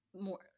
more